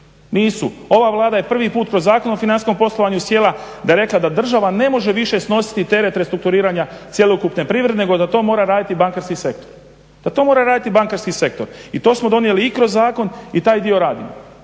nisu. Ova vlada je prvi puta kroz Zakon o financijskom poslovanju sjela da je rekla da država ne može više snositi teret restrukturiranja cjelokupne privrede nego da to mora raditi bankarski sektor. I to smo donijeli i kroz zakon i taj dio radimo.